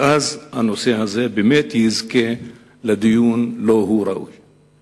ואז הנושא יזכה באמת לדיון שהוא ראוי לו.